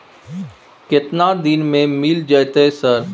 केतना दिन में मिल जयते सर?